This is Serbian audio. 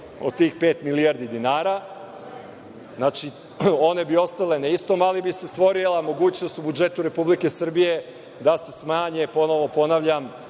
od tih pet milijardi dinara. Znači, one bi ostale na istom, ali bi se stvorila mogućnost u budžetu Republike Srbije da se smanji, ponovo ponavljam,